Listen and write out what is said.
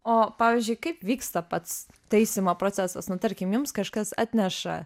o pavyzdžiui kaip vyksta pats taisymo procesas nu tarkim jums kažkas atneša